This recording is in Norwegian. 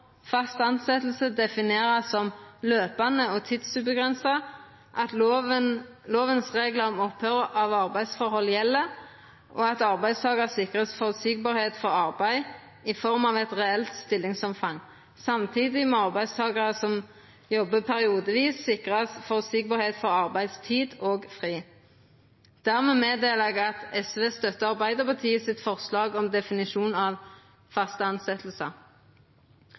fast tilsetjing definerast som «løpende og tidsubegrenset, at lovens regler om opphør av arbeidsforhold gjelder, og at arbeidstaker sikres forutsigbarhet for arbeid i form av et reelt stillingsomfang». Samtidig må arbeidstakarar som jobbar periodevis, sikrast «forutsigbarhet for arbeidstid og arbeidsfri». Dermed melder eg at SV støttar Arbeidarpartiets forslag om definisjon av faste